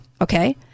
Okay